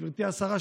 גברתי השרה,